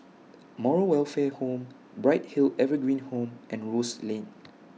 Moral Welfare Home Bright Hill Evergreen Home and Rose Lane